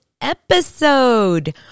episode